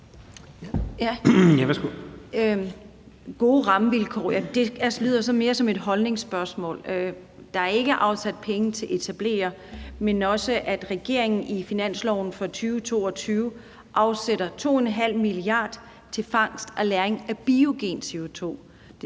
»Gode rammevilkår« – det lyder mere som et holdningsspørgsmål. Og der er ikke afsat penge til etablering. Men der er også det, at regeringen i finansloven for 2022 afsætter 2,5 mia. kr. til fangst og lagring af biogen CO2.